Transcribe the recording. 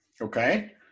Okay